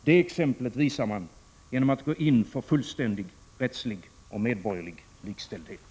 Det exemplet visar man genom att gå in för fullständig rättslig och medborgerlig likställdhet.